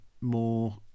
more